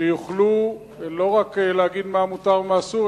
שיוכלו לא רק להגיד מה מותר ומה אסור,